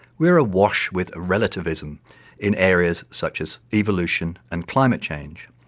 we're awash with relativism in areas such as evolution and climate change,